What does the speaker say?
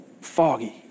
foggy